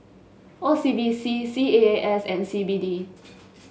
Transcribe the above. O C B C C A A S and C B D